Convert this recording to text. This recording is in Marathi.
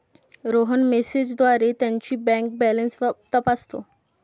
रोहन मेसेजद्वारे त्याची बँक बॅलन्स तपासतो